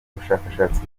ubushakashatsi